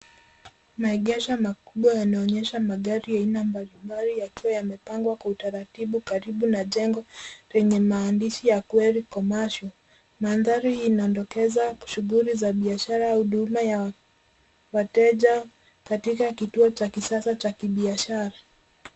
Maegesho makubwa yanaonyesha magari ya aina mbalimbali yakiwa yamepangwa kwa utaratibu karibu na jengo lenye maandishi ya Kweli Commercial. Mandhari hii inadokeza shughuli za biashara au huduma ya wateja katika kituo cha kisasa cha kibiashara.